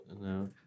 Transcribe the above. No